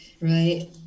Right